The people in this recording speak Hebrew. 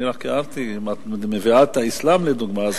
אני רק הערתי, אם את מביאה את האסלאם, לדוגמה, אז